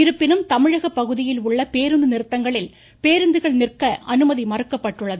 இருப்பினும் தமிழக பகுதியில் உள்ள பேருந்து நிறுத்தங்களில் பேருந்துகள் நிற்க அனுமதி மறுக்கப்பட்டுள்ளது